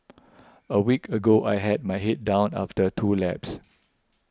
a week ago I had my head down after two laps